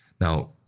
Now